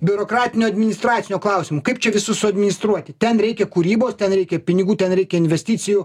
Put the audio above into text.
biurokratiniu administracinio klausimu kaip čia visus suadministruoti ten reikia kūrybos ten reikia pinigų ten reikia investicijų